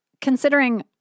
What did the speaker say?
considering